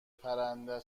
پرنده